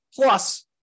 Plus